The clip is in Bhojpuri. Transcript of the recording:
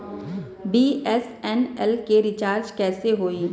बी.एस.एन.एल के रिचार्ज कैसे होयी?